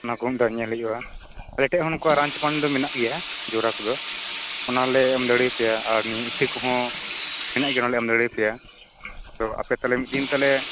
ᱚᱱᱟ ᱠᱚᱦᱚ ᱧᱮᱞ ᱦᱩᱭᱩᱜᱼᱟ ᱟᱞᱮ ᱴᱷᱮᱱᱦᱚᱸ ᱚᱱᱟᱠᱚ ᱨᱟᱱ ᱪᱟᱯᱟᱱ ᱫᱚ ᱢᱮᱱᱟᱜ ᱜᱮᱭᱟ ᱡᱚᱨᱟᱠᱚᱫᱚ ᱚᱱᱟᱫᱚ ᱮᱢᱫᱟᱲᱮᱭᱟ ᱯᱮᱭᱟ ᱟᱨ ᱱᱤᱭᱟᱹ ᱤᱛᱟᱹ ᱠᱚᱦᱚ ᱦᱮᱱᱟᱜ ᱜᱮᱭᱟ ᱚᱱᱟᱞᱮ ᱮᱢ ᱫᱟᱲᱮᱭᱟ ᱯᱮᱭᱟ ᱛᱚ ᱟᱯᱮ ᱛᱟᱦᱚᱞᱮ ᱢᱤᱛᱫᱤᱱ ᱛᱟᱦᱚᱞᱮ